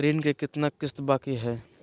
ऋण के कितना किस्त बाकी है?